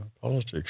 politics